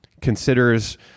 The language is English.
considers